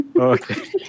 Okay